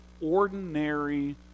ordinary